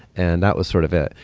and that was sort of it.